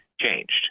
changed